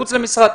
מחוץ למשרד,